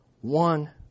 one